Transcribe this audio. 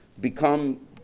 become